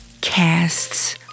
casts